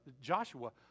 Joshua